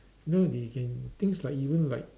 you know they can things like even like